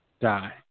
die